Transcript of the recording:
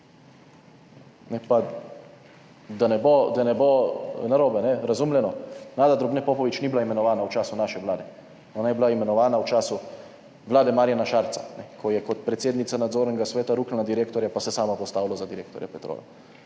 da ne bo narobe razumljeno, Nada Drobne Popovič ni bila imenovana v času naše vlade, ona je bila imenovana v času vlade Marjana Šarca, ko je kot predsednica nadzornega sveta ruknila direktorja, pa se sama postavila za direktorja Petrola.